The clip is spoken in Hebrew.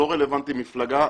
לא רלוונטי מפלגה.